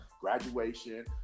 graduation